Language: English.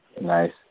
Nice